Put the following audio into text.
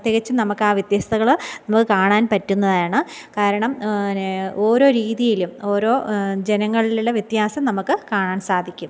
തികച്ചും നമുക്ക് ആ വ്യത്യസ്തതകൾ നമുക്ക് കാണാന് പറ്റുന്നതാണ് കാരണം പിന്നെ ഓരോ രീതിയിലും ഓരോ ജനങ്ങളിലുള്ള വ്യത്യാസം നമുക്ക് കാണാന് സാധിക്കും